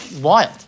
wild